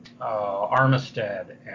Armistead